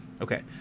Okay